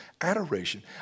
adoration